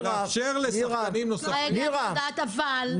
לאפשר לשחקנים נוספים להשתתף.